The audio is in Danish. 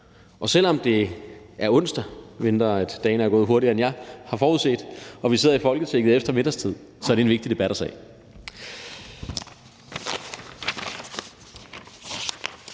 Selv om det er onsdag – medmindre dagen er gået hurtigere, end jeg har forudset, og vi sidder i Folketinget efter midnatstid – er det en vigtig debat at